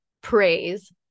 praise